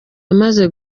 amaze